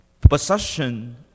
Possession